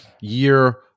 year